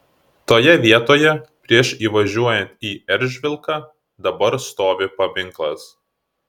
toje vietoje prieš įvažiuojant į eržvilką dabar stovi paminklas